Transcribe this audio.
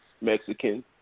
Mexican